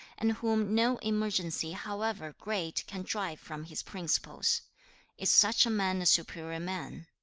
and whom no emergency however great can drive from his principles is such a man a superior man?